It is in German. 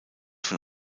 von